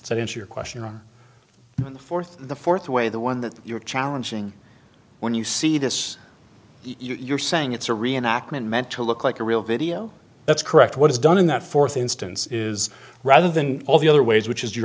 since your question on the fourth the fourth way the one that you're challenging when you see this you're saying it's a reenactment meant to look like a real video that's correct what is done in that fourth instance is rather than all the other ways which is you